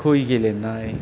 हुय गेलेनाय